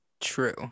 True